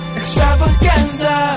extravaganza